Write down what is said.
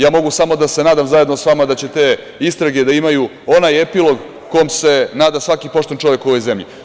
Ja mogu samo da se nadam, zajedno sa vama, da će te istrage da imaju onaj epilog kome se nada svaki pošten čovek u ovoj zemlji.